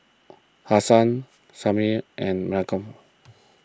Hasan Samir and Malcom